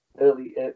early